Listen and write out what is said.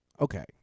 Okay